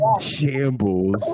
shambles